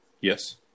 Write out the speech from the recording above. Yes